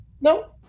No